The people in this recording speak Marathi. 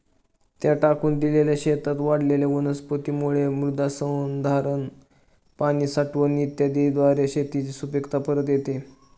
त्या टाकून दिलेल्या शेतात वाढलेल्या वनस्पतींमुळे मृदसंधारण, पाणी साठवण इत्यादीद्वारे शेताची सुपीकता परत येते